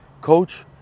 coach